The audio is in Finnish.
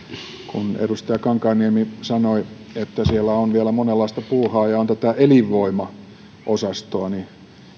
kun edustaja kankaanniemi sanoi että siellä on vielä monenlaista puuhaa ja on tätä elinvoimaosastoa niin